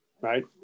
right